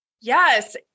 Yes